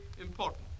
important